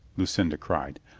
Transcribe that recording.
lucinda cried.